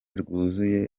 rwuzuye